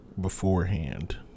beforehand